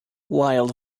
wild